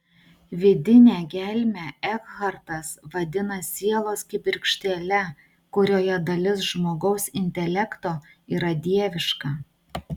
vidinę gelmę ekhartas vadina sielos kibirkštėle kurioje dalis žmogaus intelekto yra dieviška